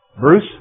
Bruce